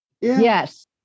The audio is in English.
Yes